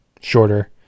shorter